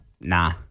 Nah